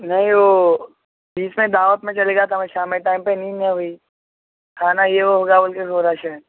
نہیں وہ بیچ میں دعوت میں چلے گیا تھا میں شام میں ٹائم پہ نیند نہیں ہوئی کھانا یہ وہ ہو گیا بول کے بھی ہو رہا شاید